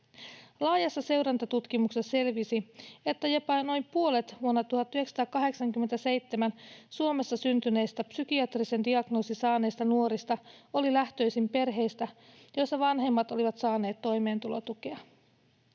Laajassa seurantatutkimuksessa selvisi, että jopa noin puolet vuonna 1987 Suomessa syntyneistä psykiatrisen diagnoosin saaneista nuorista oli lähtöisin perheistä, joissa vanhemmat olivat saaneet toimeentulotukea.